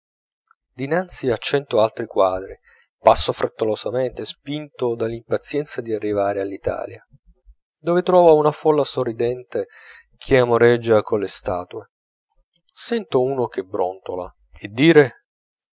dinanzi a cento altri quadri passo frettolosamente spinto dall'impazienza di arrivare all'italia dove trovo una folla sorridente che amoreggia colle statue sento uno che brontola e dire